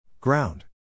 Ground